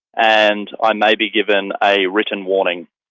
and i may be given a written warning,